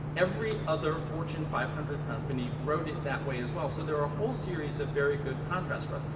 every other fortune five hundred company wrote it that way as well. so there are a whole series of very good contrasts for us.